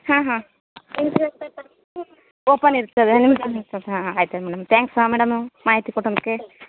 ಹಾಂ ಹಾಂ ಓಪನ್ ಇರ್ತದೆ ನಿಮ್ಮ ಹಾಂ ಆಯ್ತು ರೀ ಮೇಡಮ್ ತ್ಯಾಂಕ್ಸ್ ಹಾಂ ಮೇಡಮ್ ಮಾಹಿತಿ ಕೊಟ್ಟನುಕೆ